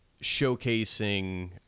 showcasing